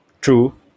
True